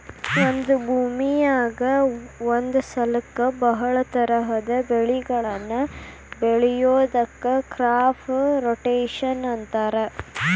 ಒಂದ ಭೂಮಿಯಾಗ ಒಂದ ಸಲಕ್ಕ ಬಹಳ ತರಹದ ಬೆಳಿಗಳನ್ನ ಬೆಳಿಯೋದಕ್ಕ ಕ್ರಾಪ್ ರೊಟೇಷನ್ ಅಂತಾರ